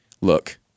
look